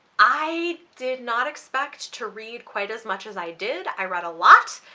i did not expect to read quite as much as i did. i read a lot,